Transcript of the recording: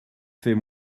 fait